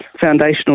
foundational